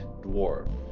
dwarf